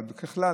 אבל ככלל,